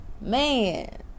Man